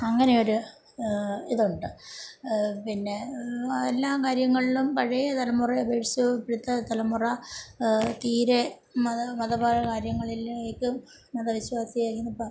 അങ്ങനെ ഒരു ഇതുണ്ട് പിന്നെ എല്ലാ കാര്യങ്ങളിലും പഴയ തലമുറയെ അപേക്ഷിച്ച് ഇപ്പോഴത്തെ തലമുറ തീരെ മത മതപര കാര്യങ്ങളിലേക്ക് മത വിശ്വാസിയായി ഇപ്പം